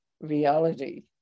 reality